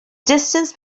distance